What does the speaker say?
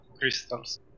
crystals